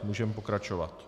Můžeme pokračovat.